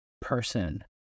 person